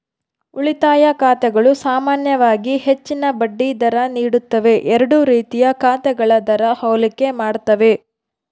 ಉಳಿತಾಯ ಖಾತೆಗಳು ಸಾಮಾನ್ಯವಾಗಿ ಹೆಚ್ಚಿನ ಬಡ್ಡಿ ದರ ನೀಡುತ್ತವೆ ಎರಡೂ ರೀತಿಯ ಖಾತೆಗಳ ದರ ಹೋಲಿಕೆ ಮಾಡ್ತವೆ